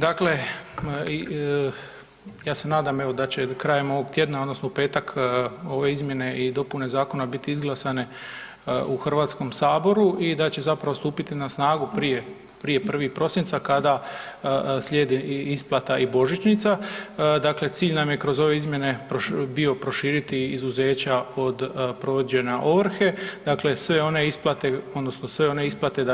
Dakle, ja se nadam evo da će krajem ovog tjedna odnosno u petak ove izmjene i dopune zakona biti izglasane u Hrvatskom saboru i da će zapravo stupiti na snagu prije, prije 1. prosinca kada slijedi i isplata i božičnica, dakle cilj nam je kroz ove izmjene bio proširiti izuzeća od provođenja ovrhe, dakle sve one isplate odnosno sve one isplate